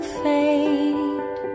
fade